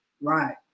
Right